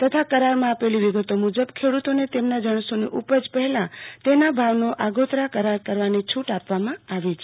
તથા કરારમાં આપેલી વિગતો મુજબ ખેડૂતને તેમના જણસોની ઉપજ પહેલા તેના ભાવનો આગોતરા કરાર કરવાની છૂટ આપે છે